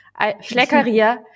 Schleckeria